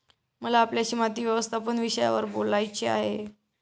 मला आपल्याशी माती व्यवस्थापन विषयावर बोलायचे आहे